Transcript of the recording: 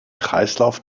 kreislauf